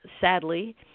sadly